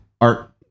art